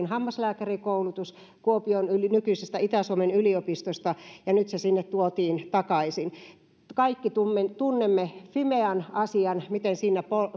hammaslääkärikoulutus kuopion yliopistosta nykyisestä itä suomen yliopistosta ja nyt se tuotiin sinne takaisin kaikki tunnemme tunnemme fimean asian sen miten siinä